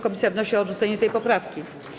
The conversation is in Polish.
Komisja wnosi o odrzucenie tej poprawki.